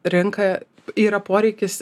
rinka yra poreikis